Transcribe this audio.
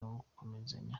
gukomezanya